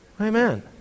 Amen